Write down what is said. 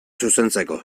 zuzentzeko